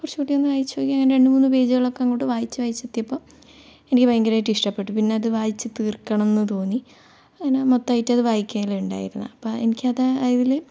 കുറച്ച് കൂടി ഒന്ന് വായിച്ച് നോക്കി അങ്ങനെ രണ്ട് മൂന്ന് പേജുകളൊക്കെ അങ്ങോട്ട് വായിച്ച് വായിച്ച് എത്തിയപ്പോൾ എനിക്ക് ഭയങ്കരമായിട്ട് ഇഷ്ടപ്പെട്ടു പിന്നെ അത് വായിച്ച് തീർക്കണം എന്ന് തോന്നി അങ്ങനെ മൊത്തമായിട്ട് അത് വായിക്കുകയാണ് ഉണ്ടായിരുന്നത് അപ്പോൾ എനിക്കതിൽ